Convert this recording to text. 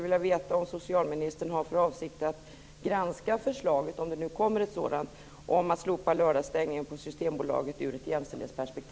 Har socialministern för avsikt att i ett jämställdhetsperspektiv granska ett eventuellt förslag om att slopa lördagsstängningen på Systembolaget?